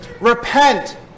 repent